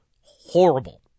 horrible